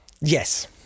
Yes